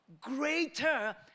greater